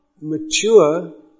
mature